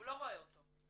הוא לא רואה אותו,